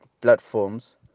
platforms